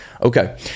Okay